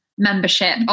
membership